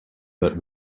but